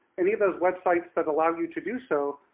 any of those websites that allow you to do so,